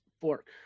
fork